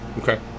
Okay